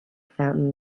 fountain